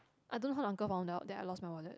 I don't know how the uncle found out that I lost my wallet